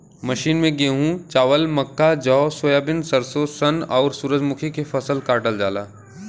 machine से गेंहू, चावल, मक्का, जौ, सोयाबीन, सरसों, सन, आउर सूरजमुखी के फसल काटल जाला